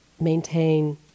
maintain